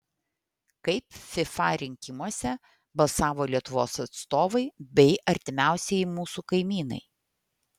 kaip fifa rinkimuose balsavo lietuvos atstovai bei artimiausieji mūsų kaimynai